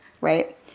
right